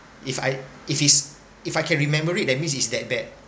if I if it's if I can remember it that means it's that bad